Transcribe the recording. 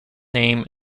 name